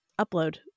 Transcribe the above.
upload